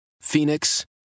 Phoenix